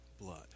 blood